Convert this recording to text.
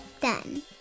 done